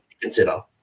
consider